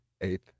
Eighth